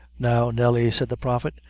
now, nelly, said the prophet,